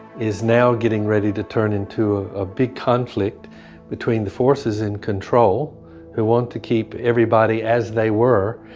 is now getting ready to turn into a big conflict between the forces in control who want to keep everybody as they were,